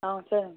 ஆ sir